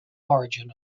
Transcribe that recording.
origin